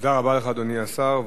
תודה רבה לך, אדוני השר.